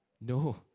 no